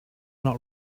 not